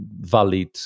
valid